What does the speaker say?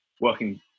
working